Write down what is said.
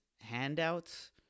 handouts